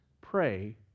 pray